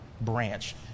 branch